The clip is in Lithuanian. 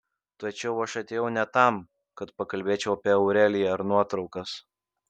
tačiau aš atėjau ne tam kad pakalbėčiau apie aureliją ar nuotraukas